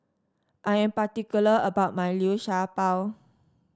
I am particular about my Liu Sha Bao